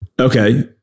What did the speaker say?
okay